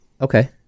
Okay